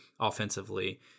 offensively